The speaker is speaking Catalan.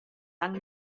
tanc